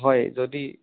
হয় যদি